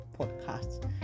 podcast